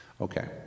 Okay